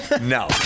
No